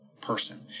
person